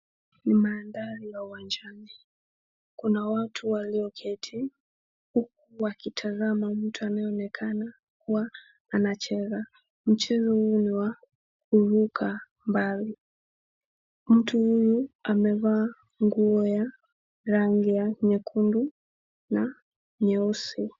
Ni mandhari ya uwanjani, kuna watu walioketi huku wakitazama mtu anayeonekana kuwa anacheza. mchezo huu ni wa kuruka mbali. Mtu huyu amevaa nguo ya rangi ya nyekundu na nyeusi.